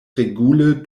regule